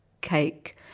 cake